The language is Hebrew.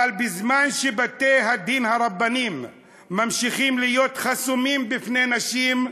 אבל בזמן שבתי הדין-הרבניים ממשיכים להיות חסומים בפני נשים,